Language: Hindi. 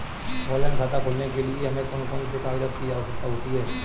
ऑनलाइन खाता खोलने के लिए हमें कौन कौन से कागजात की आवश्यकता होती है?